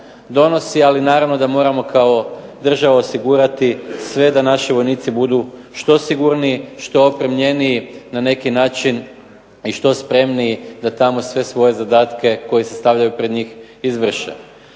donosi, ali moramo naravno kao država osigurati sve da naši vojnici budu što sigurniji, što opremljeniji, na neki način i što spremniji da tamo sve svoje zadatke koji se stavljaju pred njih izvrše.